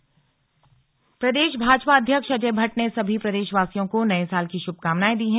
भाजपा प्रदेश भाजपा अध्यक्ष अजय भट्ट ने सभी प्रदेशवासियों को नये साल की श्रभकामनाएं दी हैं